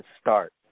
start